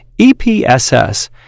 EPSS